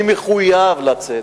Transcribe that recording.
אני מחויב לצאת.